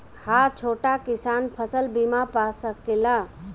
हा छोटा किसान फसल बीमा पा सकेला?